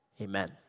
Amen